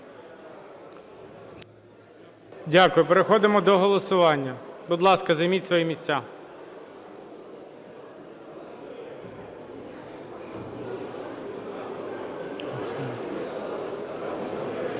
Дякую. Переходимо до голосування. Будь ласка, займіть свої місця.